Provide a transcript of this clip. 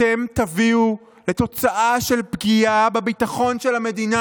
אתם תביאו לתוצאה של פגיעה בביטחון של המדינה,